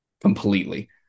completely